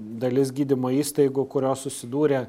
dalis gydymo įstaigų kurios susidūrė